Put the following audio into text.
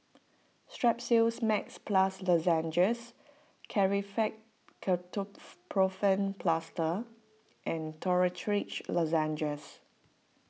Strepsils Max Plus Lozenges Ketoprofen Plaster and Dorithricin Lozenges